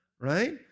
right